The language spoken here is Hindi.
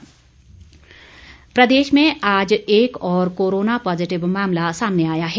कोरोना पॉजिटिव प्रदेश में आज एक और कोरोना पॉजिटिव मामला सामने आया है